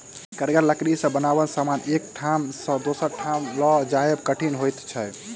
कड़गर लकड़ी सॅ बनाओल समान के एक ठाम सॅ दोसर ठाम ल जायब कठिन होइत छै